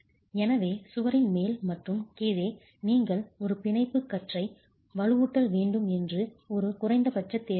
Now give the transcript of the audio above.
எனவே சுவரின் மேல் மற்றும் கீழே நீங்கள் ஒரு பிணைப்பு கற்றை வலுவூட்டல் வேண்டும் என்று ஒரு குறைந்தபட்ச தேவை ஆகும்